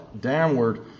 downward